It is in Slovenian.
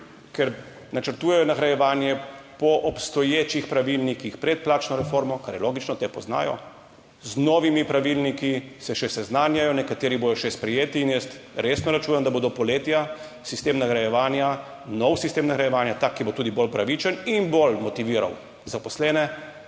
ker načrtujejo nagrajevanje po obstoječih pravilnikih pred plačno reformo. Kar je logično, te poznajo, z novimi pravilniki se še seznanjajo, nekateri bodo še sprejeti. In jaz resno računam, da bo do poletja sistem nagrajevanja, nov sistem nagrajevanja tak, ki bo tudi bolj pravičen in bolj motiviral zaposlene,